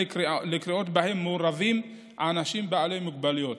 קריאות שבהם מעורבים אנשים בעלי מוגבלויות.